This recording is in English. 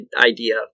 idea